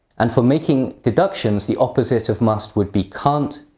and for making deductions, the opposite of must would be can't,